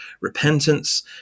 repentance